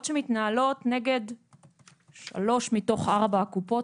שמתנהלות נגד שלוש מתוך ארבע הקופות,